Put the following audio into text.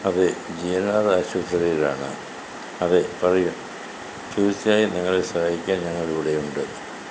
അതെ G N R ആശുപത്രിയിലാണ് അതെ പറയൂ തീർച്ചയായും നിങ്ങളെ സഹായിക്കാൻ ഞങ്ങൾ ഇവിടെയുണ്ട്